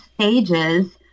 stages